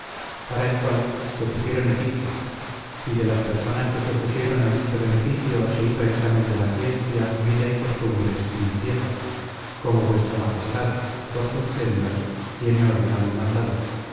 para el qual se pusieron edictos y de las personas que se oppusieron al dicho beneficio se hizo exámen de la ienia vida y costumbres y limpiea como v mag d por sus edulas tiene ordenado y mandado